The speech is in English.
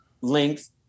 length